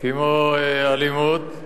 כמו אלימות,